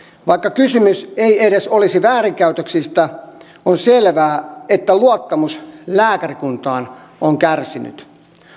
vaikka kysymys ei edes olisi väärinkäytöksistä on selvää että luottamus lääkärikuntaan on kärsinyt